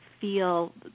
feel